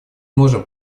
можем